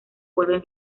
vuelven